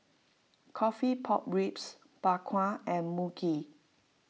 Coffee Pork Ribs Bak Kwa and Mui Kee